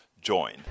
join